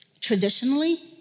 Traditionally